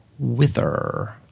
wither